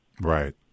Right